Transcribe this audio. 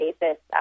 basis